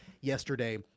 yesterday